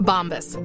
Bombas